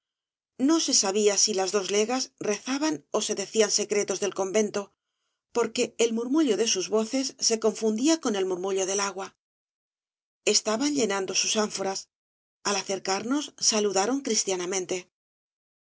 no se sabía si las dos legas rezaban ó se decían secretos del convento porque el murmullo de sus voces se confundía con el murmullo del agua estaban llenando sus ánforas al acercarnos saludaron cristianamente